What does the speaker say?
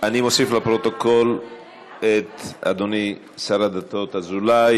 אני מוסיף לפרוטוקול את אדוני שר הדתות אזולאי